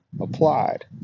applied